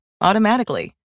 automatically